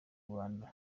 rwanda